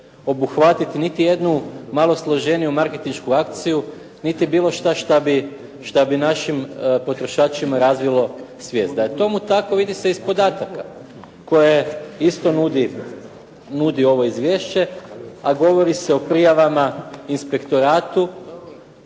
obuhvatiti niti jednu malo složeniju marketinšku akciju niti bilo šta šta bi našim potrošačima razvilo svijest. Da je tomu tako vidi se iz podataka koje isto nudi ovo izvješće, a govori se o prijavama inspektoratu